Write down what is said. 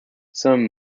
some